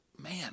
man